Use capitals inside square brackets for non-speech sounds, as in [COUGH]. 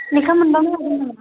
लेखा मोनबा [UNINTELLIGIBLE]